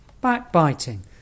backbiting